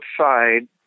outside